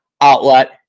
outlet